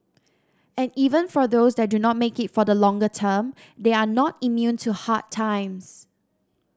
and even for those that do not make it for the longer term they are not immune to hard times